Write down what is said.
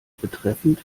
betreffend